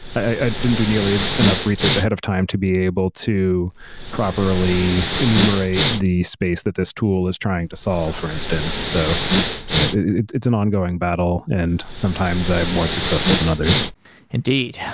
i didn't do nearly enough research ahead of time to be able to properly enumerate the space that this tool is trying to solve, for instance. so yeah it's an ongoing battle, and sometimes i'm more successful than others indeed.